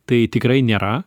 tai tikrai nėra